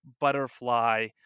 butterfly